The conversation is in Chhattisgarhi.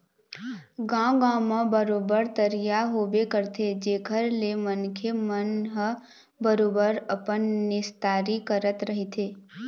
गाँव गाँव म बरोबर तरिया होबे करथे जेखर ले मनखे मन ह बरोबर अपन निस्तारी करत रहिथे